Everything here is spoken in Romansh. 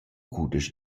cudesch